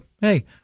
hey